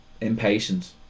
impatient